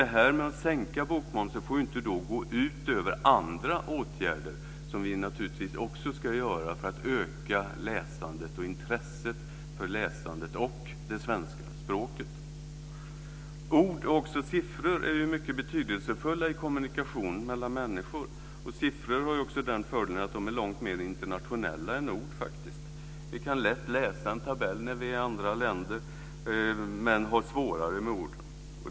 En sänkning av bokmomsen får inte gå ut över andra åtgärder som vi naturligtvis också ska vidta för att öka intresset för läsandet och det svenska språket. Ord och även siffror är mycket betydelsefulla i kommunikationen mellan människor. Siffror har också den fördelen att de faktiskt är långt mer internationella än ord. Vi kan lätt läsa en tabell när vi är i andra länder, men har svårare med ord.